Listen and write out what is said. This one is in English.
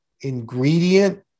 ingredient